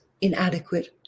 inadequate